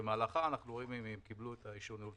שבמהלכה אנחנו רואים אם הם קיבלו אישור ניהול תקין.